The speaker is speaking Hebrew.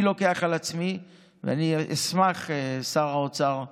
אני לוקח על עצמי, ואשמח, שר האוצר,